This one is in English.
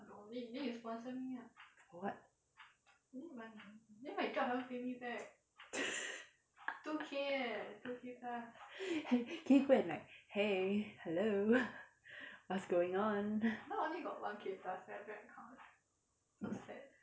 for what can you go and like !hey! hello what's going on